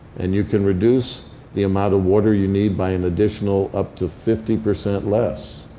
and you can reduce the amount of water you need by an additional up to fifty percent less.